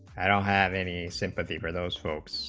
have any sympathy for those folks